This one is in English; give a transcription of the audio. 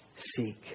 seek